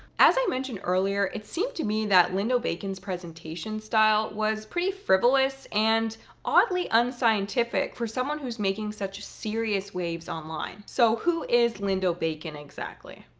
as i mentioned earlier, it seemed to me that lindo bacon's presentation style was pretty frivolous and oddly unscientific for someone who's making such serious waves online. so who is lindo bacon exactly?